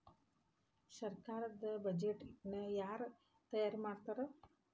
ಸರ್ಕಾರದ್ ಬಡ್ಜೆಟ್ ನ ಯಾರ್ ತಯಾರಿ ಮಾಡ್ತಾರ್?